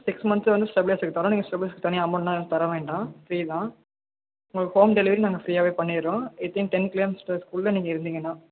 six months வந்து ஸ்டெப்லேசருக்கு தரோம் நீங்கள் ஸ்டெப்லேசர்க்கு தனியாக அமௌண்ட்லாம் தர வேண்டாம் ஃப்ரீ தான் உங்களுக்கு ஹோம் டெலிவெரி நாங்கள் ஃப்ரீயாகவே பண்ணிடறோம் ஐ திங்க் டென் கிலோ மீட்டர்ஸ்க்குள்ளே நீங்கள் இருந்திங்கன்னால்